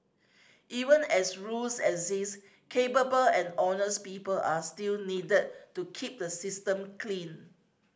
even as rules exist capable and honest people are still needed to keep the system clean